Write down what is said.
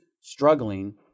struggling